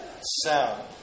sound